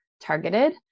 targeted